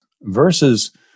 Versus